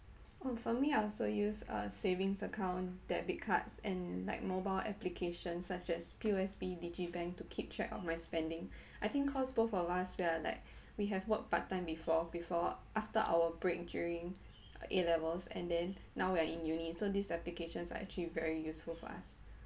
oh for me I also use a savings account debit cards and like mobile applications such as P_O_S_B digibank to keep track of my spending I think cause both of us we are like we have work part-time before before after our break during A levels and then now we are in uni so these applications are actually very useful for us